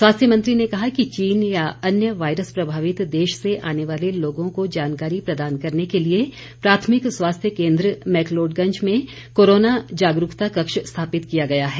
स्वास्थ्य मंत्री ने कहा कि चीन या अन्य वायरस प्रभावित देश से आने वाले लोगों को जानकारी प्रदान करने के लिए प्राथमिक स्वास्थ्य केंद्र मैकलोडगंज में कोरोना जागरूकता कक्ष स्थापित किया गया है